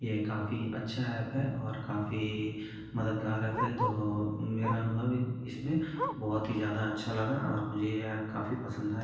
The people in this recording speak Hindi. यह काफी अच्छा ऐप है और काफी मदड़गार एप है तो मेरा अनुभव इसमें बहुत ही ज़्यादा अच्छा लगा और मुझे यह एप काफी पसंद आया